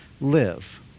live